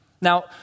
Now